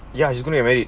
ya he's gonna get married